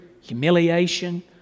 humiliation